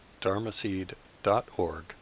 dharmaseed.org